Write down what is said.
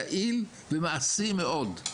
יעיל ומעשי מאוד.